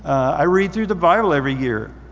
i read through the bible every year.